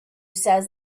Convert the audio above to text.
says